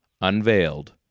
unveiled